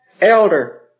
elder